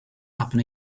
happen